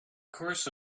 course